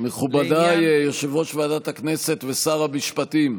מכובדי יושב-ראש ועדת הכנסת ושר המשפטים,